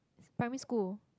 primary school